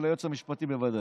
אבל ליועץ המשפטי בוודאי.